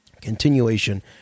continuation